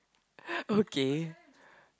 okay